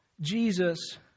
Jesus